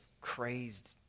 crazed